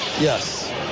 Yes